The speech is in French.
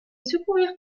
secourir